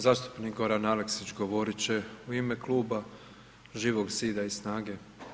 Zastupnik Goran Aleksić govorit će u ime Kluba Živog zida i SNAGE.